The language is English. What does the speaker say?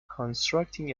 constructing